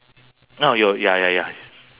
orh your ya ya ya